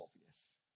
obvious